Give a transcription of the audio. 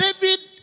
David